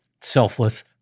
selfless